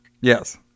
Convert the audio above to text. yes